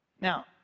Now